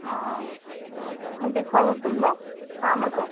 অঁ মোক দেখুৱাবচোন বাৰু চাম আকৌ